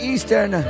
Eastern